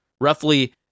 roughly